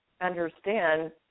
understand